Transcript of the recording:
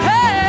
Hey